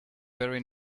very